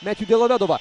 metju delovedova